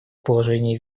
положения